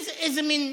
איזה מין,